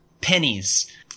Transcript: pennies